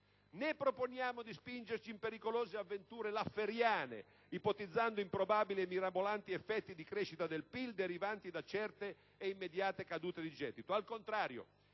Né proponiamo di spingerci in pericolose avventure lafferiane, ipotizzando improbabili e mirabolanti effetti di crescita del PIL derivanti da certe ed immediate cadute di gettito.